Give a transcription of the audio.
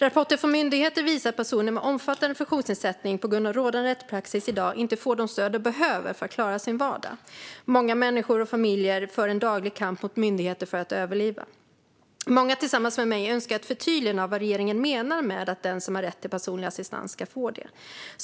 Rapporter från myndigheter visar att på grund av rådande rättspraxis får personer med omfattande funktionsnedsättning i dag inte det stöd de behöver för att klara sin vardag. Många människor och familjer för en daglig kamp mot myndigheter för att överleva. Många tillsammans med mig önskar ett förtydligande av vad regeringen menar med att den som har rätt till personlig assistans ska få det.